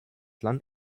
land